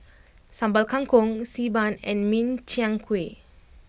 Sambal Kangkong Xi Ban and Min Chiang Kueh